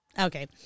okay